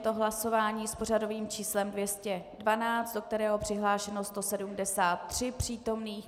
Je to hlasování s pořadovým číslem 212, do kterého je přihlášeno 173 přítomných.